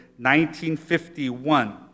1951